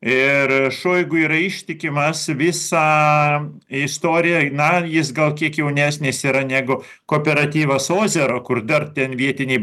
ir šoigu yra ištikimas visą istoriją na jis gal kiek jaunesnis yra negu kooperatyvas ozero kur dar ten vietiniai